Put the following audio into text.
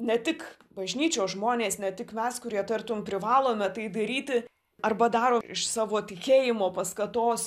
ne tik bažnyčios žmonės ne tik mes kurie tartum privalome tai daryti arba darom iš savo tikėjimo paskatos